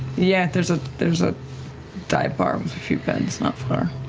yeah, there's ah there's a dive bar with a few beds, not far.